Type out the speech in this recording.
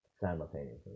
simultaneously